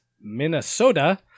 Minnesota